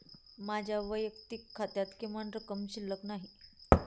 माझ्या वैयक्तिक खात्यात किमान रक्कम शिल्लक नाही